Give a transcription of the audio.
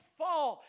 fall